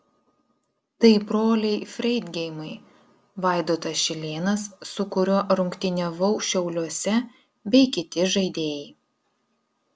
tai broliai freidgeimai vaidotas šilėnas su kuriuo rungtyniavau šiauliuose bei kiti žaidėjai